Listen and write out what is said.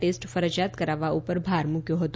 test ફરજિયાત કરાવવા ઉપર ભાર મૂક્યો હતો